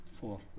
Four